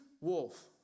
wolf